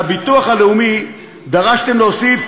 לביטוח הלאומי דרשתם להוסיף